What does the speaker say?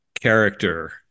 character